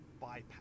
bypass